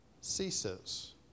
ceases